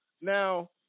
Now